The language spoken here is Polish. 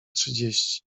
trzydzieści